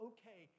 Okay